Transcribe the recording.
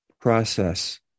process